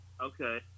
Okay